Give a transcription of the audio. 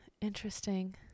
Interesting